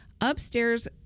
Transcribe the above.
Upstairs